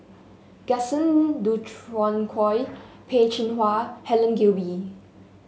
Gaston Dutronquoy Peh Chin Hua Helen Gilbey